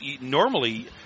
normally